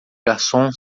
garçom